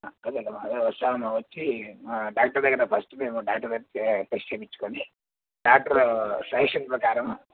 కళ్ళు ఎంత బాగా వస్తానమ్మా వచ్చి మా డాక్టర్ దగ్గర ఫస్ట్ మేము డాక్టర్ దగ్గర టెస్ట్ చెయ్యించుకుని డాక్టరు సజ్జెషన్ ప్రకారం